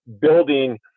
building